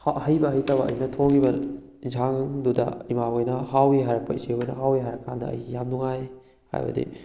ꯍꯩꯕ ꯍꯩꯇꯕ ꯑꯩꯅ ꯊꯣꯡꯉꯤꯕ ꯌꯦꯟꯁꯥꯡꯗꯨꯗ ꯏꯃꯥꯈꯣꯏꯅ ꯍꯥꯎꯏ ꯍꯥꯏꯔꯛꯄ ꯏꯆꯦꯈꯣꯏꯅ ꯍꯥꯎꯏ ꯍꯥꯏꯔꯛꯄꯀꯥꯟꯗ ꯑꯩ ꯌꯥꯝꯅ ꯅꯨꯡꯉꯥꯏ ꯍꯥꯏꯕꯗꯤ